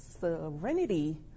Serenity